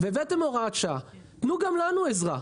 והבאתם הוראת שעה, תנו גם לנו עזרה.